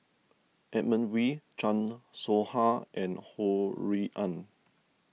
Edmund Wee Chan Soh Ha and Ho Rui An